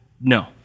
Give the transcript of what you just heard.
No